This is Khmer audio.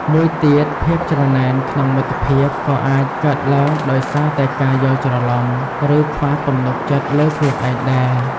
មួយទៀត ភាពច្រណែនក្នុងមិត្តភាពក៏អាចកើតឡើងដោយសារតែការយល់ច្រឡំ ឬខ្វះទំនុកចិត្តលើខ្លួនឯងដែរ។